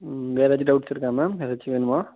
ம் வேறு ஏதாச்சும் டவுட்ஸ் இருக்கா மேம் ஏதாச்சும் வேணுமா